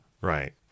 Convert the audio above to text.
Right